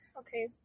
okay